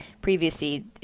previously